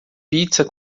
pizza